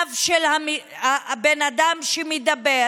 פניו של הבן אדם שמדבר